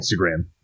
Instagram